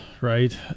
right